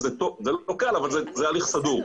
אבל זה הליך סדור.